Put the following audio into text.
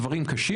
אומר דברים קשים,